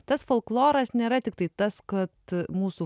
tas folkloras nėra tiktai tas kad mūsų